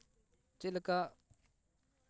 ᱪᱮᱫ ᱞᱮᱠᱟ